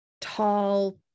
tall